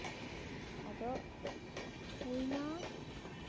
ᱟᱫᱚ ᱦᱩᱭᱱᱟ